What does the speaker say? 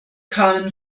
kamen